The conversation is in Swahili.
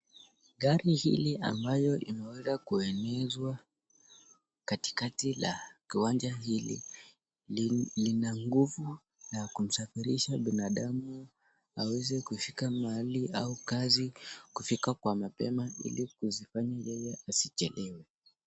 Gari hili ambayo ime weza kuenezwa katika uwanja hili lina nguvu na kumsafirisha binadamu aweze kushika mahali au kazi kufika kwa mapema ili kufanya yeye asichelewe.